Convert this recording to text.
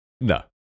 No